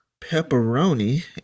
pepperoni